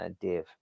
Dave